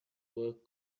work